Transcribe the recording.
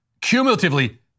cumulatively